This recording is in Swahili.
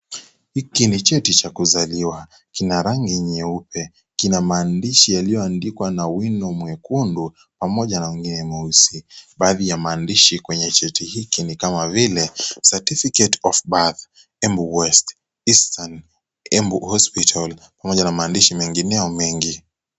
Hiki ni cheti cha kuzaliwa kina rangi nyeupe kina maandishi yalioandikwa na wino mwekundu pamoja na ngine mweusi baadhi ya maandishi kwenye cheti hiki ni kama vile certificate of birth embu west and east and embu hospital pamoja na maandishi mengineo mengi.